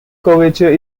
curvature